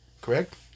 Correct